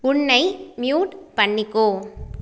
உன்னை மியூட் பண்ணிக்கோ